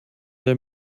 der